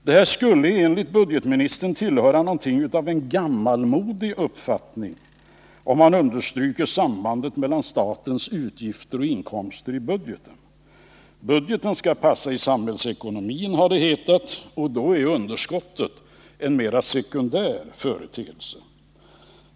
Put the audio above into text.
Det skulle, enligt budgetministern, vara någonting av en gammalmodig uppfattning, om man understryker sambandet mellan statens utgifter och inkomster i budgeten. Budgeten skall passa i samhällsekonomin, har det hetat, och då är underskottet en mera sekundär företeelse.